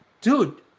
dude